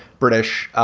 british.